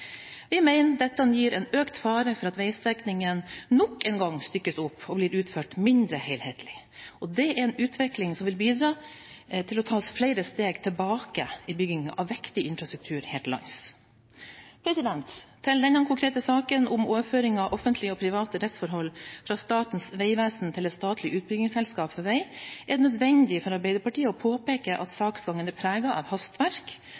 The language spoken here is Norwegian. Vi mener dette gir en økt fare for at veistrekningene nok en gang stykkes opp og blir utført mindre helhetlig. Det er en utvikling som vil bidra til å ta oss flere steg tilbake i byggingen av viktig infrastruktur her til lands. Til denne konkrete saken om overføring av offentlige og private rettsforhold fra Statens vegvesen til et statlig utbyggingsselskap for vei er det nødvendig for Arbeiderpartiet å påpeke at saksgangen er preget av hastverk